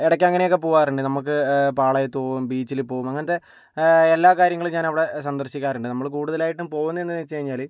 ഇടയ്ക്ക് അങ്ങനെയൊക്കെ പോകാറുണ്ട് നമ്മൾക്ക് പാളയത്ത് പോകും ബീച്ചിൽ പോകും അങ്ങനത്തെ എല്ലാ കാര്യങ്ങളും ഞാൻ അവിടെ സന്ദർശിക്കാറുണ്ട് നമ്മൾ കൂടുതലായിട്ടും പോകുന്നതെന്ന് വച്ചു കഴിഞ്ഞാൽ